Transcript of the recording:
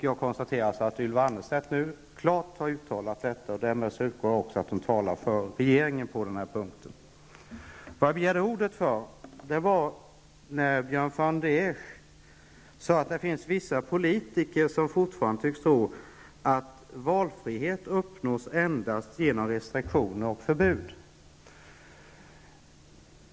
Jag konstaterar att Ylva Annerstedt klart uttalat detta, och jag utgår ifrån att hon talar för regeringen på denna punkt. Jag begärde ordet när Björn von der Esch sade att det finns vissa politiker som fortfarande tycks tro att valfrihet endast uppnås genom restriktioner och förbud.